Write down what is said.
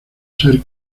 ser